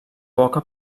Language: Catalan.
poca